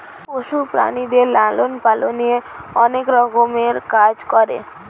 পশু প্রাণীদের লালন পালনে অনেক রকমের কাজ করে